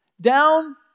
down